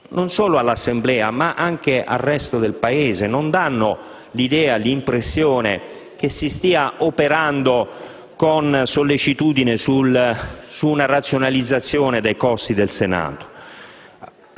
non solo all'Assemblea, ma anche al resto del Paese, l'impressione che si stia operando con sollecitudine su una razionalizzazione dei costi del Senato.